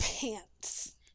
pants